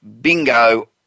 bingo